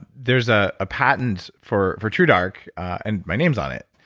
there's a ah patent for for true dark, and my name is on it,